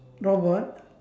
robot